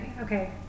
okay